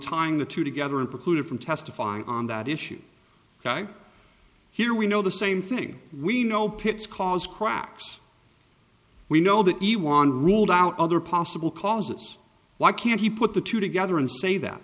tying the two together and precluded from testifying on that issue here we know the same thing we know pits cause cracks we know that he won ruled out other possible causes why can't he put the two together and say that